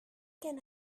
can